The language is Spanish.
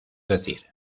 decir